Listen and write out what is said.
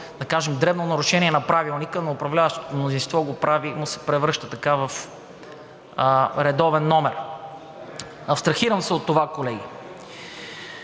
да кажем, дребно нарушение на Правилника, но управляващото мнозинство го прави и се превръща в редовен номер. Абстрахирам се от това, колеги.